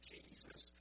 Jesus